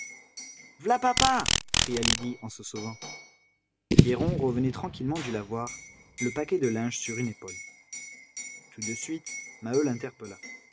v'là papa cria lydie en se sauvant pierron revenait tranquillement du lavoir le paquet de linge sur une épaule tout de suite maheu l'interpella